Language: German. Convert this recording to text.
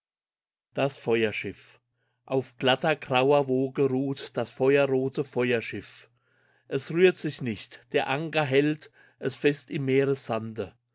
das feuerschiff auf glatter grauer woge ruht das feuerrote feuerschiff es rührt sich nicht der anker hält es fest im